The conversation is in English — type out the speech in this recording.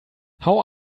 how